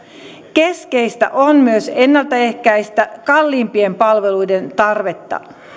keskeistä on myös ennalta ehkäistä kalliimpien palveluiden tarvetta